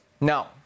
No